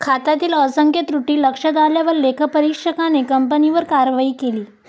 खात्यातील असंख्य त्रुटी लक्षात आल्यावर लेखापरीक्षकाने कंपनीवर कारवाई केली